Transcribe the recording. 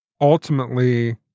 ultimately